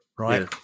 right